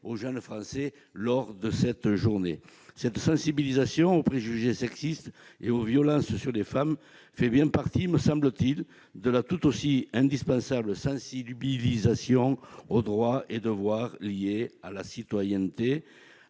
aux jeunes Français lors de cette journée. La sensibilisation aux préjugés sexistes et aux violences à l'égard des femmes fait bien partie, me semble-t-il, de l'indispensable sensibilisation aux droits et devoirs liés à la citoyenneté.